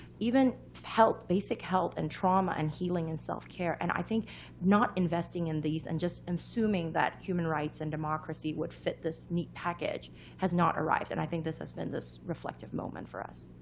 even health. basic health and trauma and healing and self-care. and i think not investing in these, and just assuming that human rights and democracy would fit this neat package has not arrived. and i think this has been this reflective moment for us.